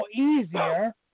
easier